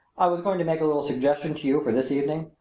i was going to make a little suggestion to you for this evening,